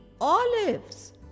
olives